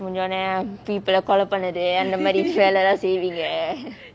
people eh கோலா பண்றது அந்த மாரி வெல்லலாம் செய்விங்க:kolaa panrathu antha maari vellalaam seivingae saving leh